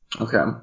Okay